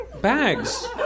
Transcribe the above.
Bags